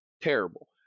terrible